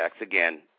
Again